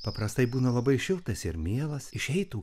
paprastai būna labai šiltas ir mielas išeitų